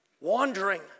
wandering